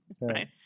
Right